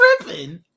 tripping